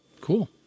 Cool